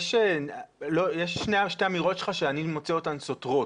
אמרת פה שתי אמירות סותרות.